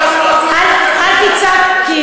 אל תצעק,